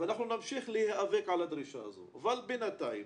ואנחנו נמשיך להיאבק על הדרישה הזו, אבל בינתיים